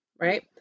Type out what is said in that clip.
right